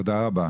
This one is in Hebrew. תודה רבה.